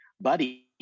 buddy